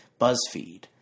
Buzzfeed